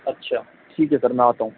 اچھا ٹھیک ہے سر میں آتا ہوں